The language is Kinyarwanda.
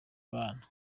abana